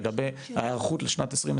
לגבי ההיערכות לשנת 2023,